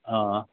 अँ